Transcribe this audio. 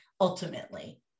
ultimately